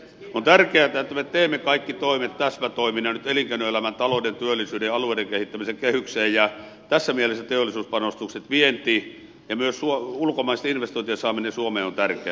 on tärkeätä että me teemme kaikki toimet täsmätoimina nyt elinkeinoelämän talouden työllisyyden ja alueiden kehittämisen kehykseen ja tässä mielessä teollisuuspanostukset vientiin ja myös ulkomaisten investointien saaminen suomeen on tärkeää